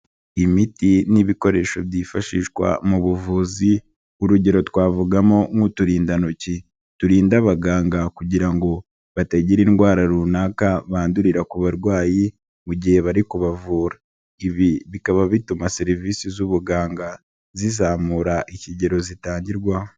Imiti n'ibikoresho byifashishwa mu buvuzi, urugero twavugamo nk'uturindantoki turinda abaganga kugira ngo batagira indwara runaka bandurira ku barwayi mu gihe bari kubavura, ibi bikaba bituma serivisi z'ubuganga zizamura ikigero zitangirwaho.